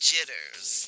Jitters